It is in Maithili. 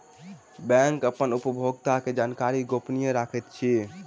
बैंक अपन उपभोगता के जानकारी गोपनीय रखैत अछि